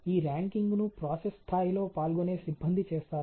ఈ ర్యాంకింగ్ను ప్రాసెస్ స్థాయిలో పాల్గొనే సిబ్బంది చేస్తారు